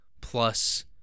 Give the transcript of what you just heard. plus